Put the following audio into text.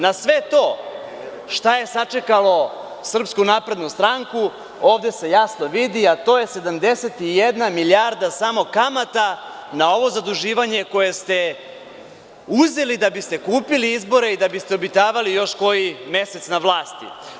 Na sve to, šta je sačekalo SNS, ovde se jasno vidi, a to je 71 milijarda samo kamata na ovo zaduživanje koje ste uzeli da biste kupili izbore i da biste obitavali još koji mesec na vlasti.